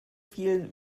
vielen